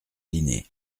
dîner